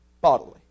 bodily